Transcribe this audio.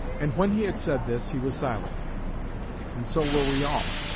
and when he had said this, he was silent and so were we all.